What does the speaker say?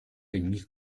одних